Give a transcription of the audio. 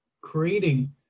creating